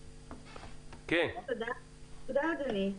תודה, אדוני.